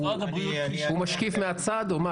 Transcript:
הוא משקיף מהצד או מה?